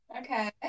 Okay